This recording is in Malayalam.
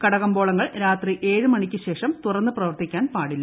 കടകമ്പോളങ്ങൾ രാത്രി ഏഴ് മണിയ്ക്ക് ശേഷം തുറന്നു പ്രവർത്തിക്കാൻ പാടില്ല